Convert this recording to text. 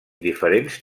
diferents